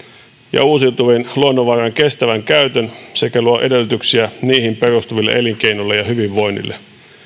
ja uusiutuvien luonnonvarojen kestävän käytön sekä luo edellytyksiä niihin perustuville elinkeinoille ja hyvinvoinnille